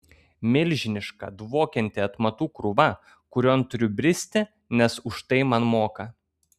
milžiniška dvokianti atmatų krūva kurion turiu bristi nes už tai man moka